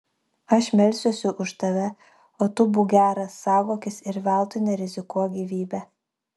aš melsiuosi už tave o tu būk geras saugokis ir veltui nerizikuok gyvybe